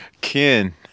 Ken